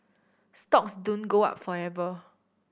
stocks don't go up forever